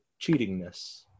cheatingness